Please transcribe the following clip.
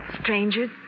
strangers